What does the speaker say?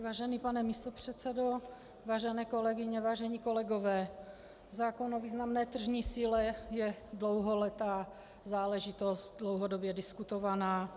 Vážený pane místopředsedo, vážené kolegyně, vážení kolegové, zákon o významné tržní síle je dlouholetá záležitost, dlouhodobě diskutovaná.